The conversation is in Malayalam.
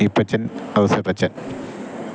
ഈപ്പച്ചൻ ഔസേപ്പച്ചൻ